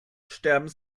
sterben